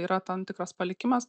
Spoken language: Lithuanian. yra tam tikras palikimas